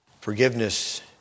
Forgiveness